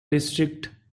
district